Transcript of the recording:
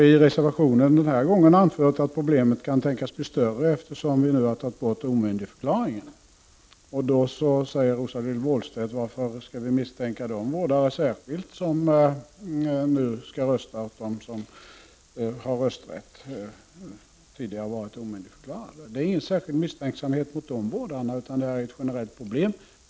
I reservationen den här gången har vi anfört att problemen kan väntas bli större, eftersom omyndigförklaringen har avskaffats. Då säger Rosa-Lill Wåhlstedt: ”Varför skall vi särskilt misstänka de vårdare som nu skall rösta åt dem som tidigare varit omyndigförklarade och som nu har rösträtt?” Det är ingen särskild misstänksamhet mot de vårdarna, utan det här är ett generellt problem.